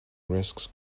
risks